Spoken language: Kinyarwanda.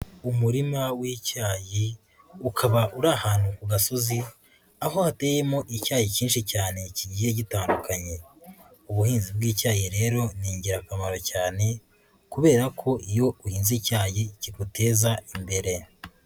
Umurima w'icyayi ukaba uri ahantu ku gasozi aho hateyemo icyayi cyinshi cyane kigiye gitandukanye, ubuhinzi bw'icyayi rero ni ingirakamaro cyane kubera ko iyo urinze icyayi kiguteza imbere.